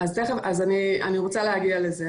אני אגיע לזה.